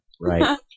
Right